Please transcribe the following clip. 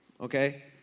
Okay